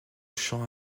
champ